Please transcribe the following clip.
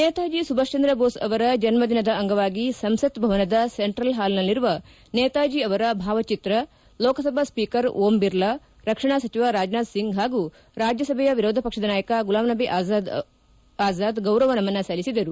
ನೇತಾಜಿ ಸುಭಾಷ್ ಚಂದ್ರ ಬೋಸ್ ಅವರ ಜನ್ನದಿನದ ಅಂಗವಾಗಿ ಸಂಸತ್ ಭವನದ ಸೆಂಟ್ರಲ್ ಹಾಲ್ನಲ್ಲಿರುವ ನೇತಾಜಿ ಅವರ ಭಾವಚಿತ್ರ ಲೋಕಸಭಾ ಸ್ವೀಕರ್ ಓಂಬಿರ್ಲಾ ರಕ್ಷಣಾ ಸಚಿವ ರಾಜನಾಥ್ ಸಿಂಗ್ ಹಾಗೂ ರಾಜಸಭೆಯ ವಿರೋಧ ಪಕ್ಷದ ನಾಯಕ ಗುಲಾಂನಬಿ ಆಜಾದ್ ಗೌರವ ನಮನ ಸಲ್ಲಿಸಿದರು